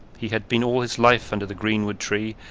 he had been all his life under the greenwood tree,